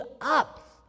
up